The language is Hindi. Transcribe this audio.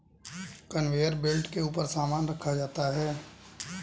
कनवेयर बेल्ट के ऊपर सामान रखा जाता है